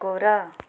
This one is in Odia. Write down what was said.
କୁକୁର